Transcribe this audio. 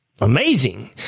amazing